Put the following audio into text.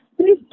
Please